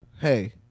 Hey